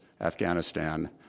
Afghanistan